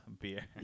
beer